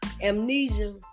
Amnesia